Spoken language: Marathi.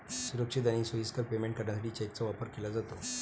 सुरक्षित आणि सोयीस्कर पेमेंट करण्यासाठी चेकचा वापर केला जातो